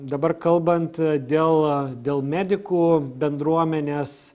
dabar kalbant dėl dėl medikų bendruomenės